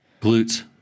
Glutes